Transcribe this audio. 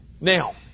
Now